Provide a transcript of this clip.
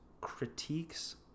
critiques